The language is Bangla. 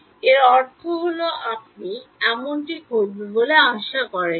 এর অর্থ হল আপনি এমনটি ঘটবে বলে আশা করেননি